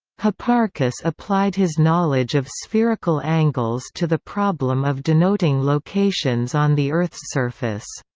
hipparchus applied his knowledge of spherical angles to the problem of denoting locations on the earth's surface.